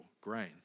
grain